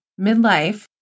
midlife